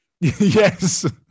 Yes